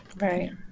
Right